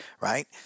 Right